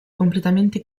completamente